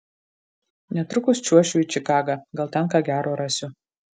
netrukus čiuošiu į čikagą gal ten ką gero rasiu